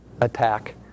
attack